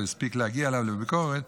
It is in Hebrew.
לא הספיק להגיע אליו לביקורת,